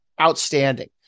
outstanding